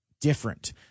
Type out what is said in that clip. different